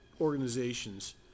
organizations